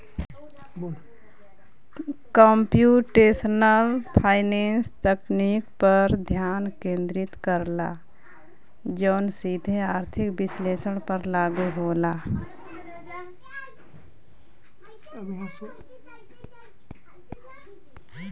computational finance तकनीक पर ध्यान केंद्रित करला जौन सीधे आर्थिक विश्लेषण पर लागू होला